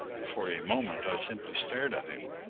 for a moment i simply stared at him.